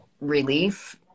relief